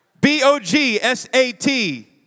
B-O-G-S-A-T